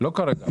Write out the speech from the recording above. זה לא רק כרגע.